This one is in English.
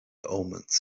omens